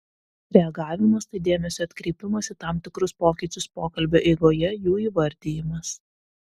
reagavimas tai dėmesio atkreipimas į tam tikrus pokyčius pokalbio eigoje jų įvardijimas